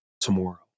tomorrow